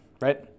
Right